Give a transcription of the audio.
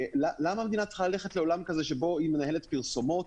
למה המדינה צריכה ללכת לעולם כזה שבו היא מנהלת פרסומות?